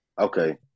okay